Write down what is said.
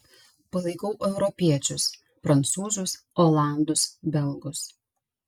palaikau europiečius prancūzus olandus belgus